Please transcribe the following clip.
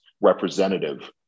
representative